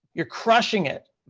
you're crushing it.